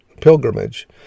pilgrimage